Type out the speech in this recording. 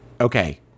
Okay